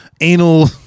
anal